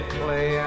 play